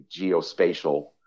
geospatial